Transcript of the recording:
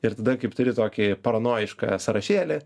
ir tada kaip turi tokį paranojišką sąrašėlį